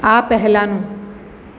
આ પહેલાંનું